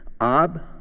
ab